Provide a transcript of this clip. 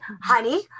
honey